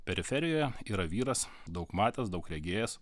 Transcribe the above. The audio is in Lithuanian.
periferijoje yra vyras daug matęs daug regėjęs